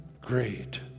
great